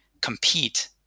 compete